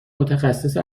متخصص